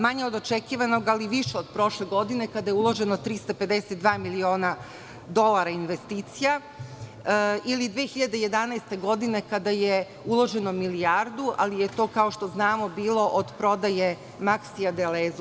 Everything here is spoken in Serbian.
Manje od očekivanog, ali više od prošle godine kada je uloženo 352 miliona dolara investicija, ili 2011. godine kada je uloženo milijardu, ali je to kao što znamo bilo od prodaje „Maksija“ „Delezu“